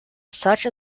such